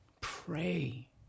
Pray